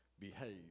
behave